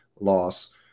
loss –